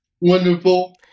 wonderful